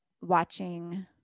watching